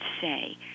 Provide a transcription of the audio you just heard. say